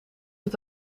het